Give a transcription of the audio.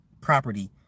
property